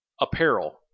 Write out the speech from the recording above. apparel